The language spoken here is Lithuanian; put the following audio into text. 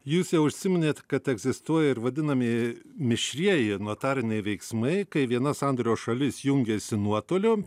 jūs jau užsiminėt kad egzistuoja ir vadinami mišrieji notariniai veiksmai kai viena sandorio šalis jungiasi nuotoliu